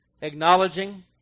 acknowledging